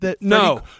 No